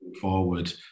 forward